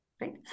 right